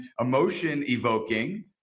emotion-evoking